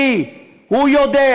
כי הוא יודע